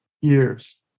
years